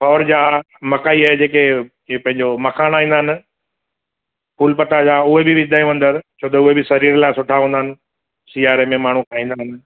खौर ॼा मकई ॼा जेके जे पंहिंजो मखाणा ईंदा आहिनि फूल पताशा उहे बि विझंदा आहियूं अंदरि छो त उहे शरीर लाइ सुठा हूंदा आहिनि सियारे में माण्हूं खाईंदा आहिनि